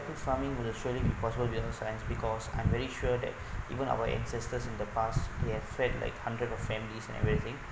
farming with be impossible without science because I'm very sure that even our ancestors in the past they had fed like hundreds of families and everything